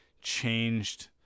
changed